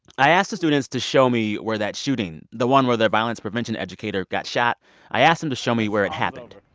i asked the students to show me where that shooting, the one where their violence prevention educator got shot i asked them to show me where it happened.